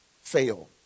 fail